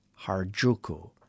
Harjuku